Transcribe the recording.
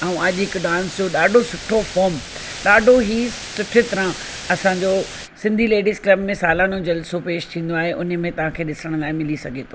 ऐं अॼु हिकु डांस जो ॾाढो सुठो फॉम ॾाढो ई सुठे तरह असांजो सिंधी लेडीज़ क्लब में सालियानो जलसो पेश थींदो आहे उन में तव्हांखे ॾिसण लाइ मिली सघे थो